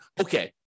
okay